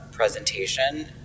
presentation